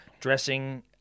dressing